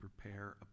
prepare